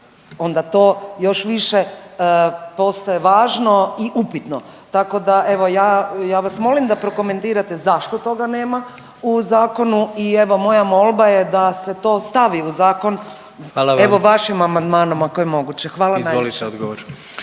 onda to još više postaje važno i upitno, tako da evo ja, ja vas molim da prokomentirate zašto toga nema u zakonu i evo moja molba je da se to stavi u zakon…/Upadica predsjednik: Hvala vam/…evo vašim